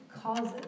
causes